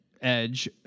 edge